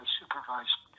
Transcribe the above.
supervised